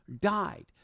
died